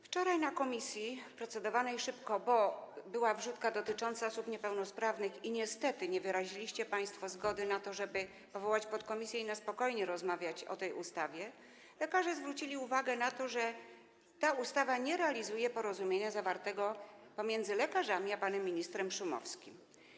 Wczoraj na posiedzeniu komisji, gdzie procedowano szybko, bo była wrzutka dotycząca osób niepełnosprawnych i niestety nie wyraziliście państwo zgody na to, żeby powołać podkomisję i spokojnie rozmawiać o tej ustawie, lekarze zwrócili uwagę na to, że ta ustawa nie realizuje porozumienia zawartego pomiędzy lekarzami a panem ministrem Szumowskim.